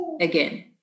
again